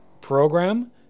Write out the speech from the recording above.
program